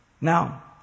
Now